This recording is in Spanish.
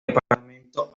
departamento